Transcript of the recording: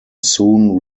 soon